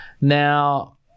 Now